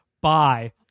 Bye